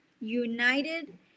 united